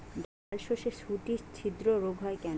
ডালশস্যর শুটি ছিদ্র রোগ হয় কেন?